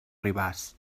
ribàs